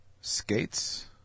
Skates